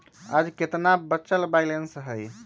आज केतना बचल बैलेंस हई?